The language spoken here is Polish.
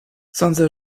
sądzę